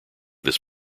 this